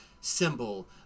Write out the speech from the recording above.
symbol